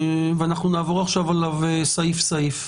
ואנחנו נעבור עליו סעיף סעיף.